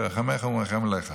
ורחמך הוא מרחם עליך.